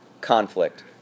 conflict